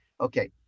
okay